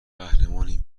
قهرمانی